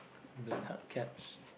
black hard caps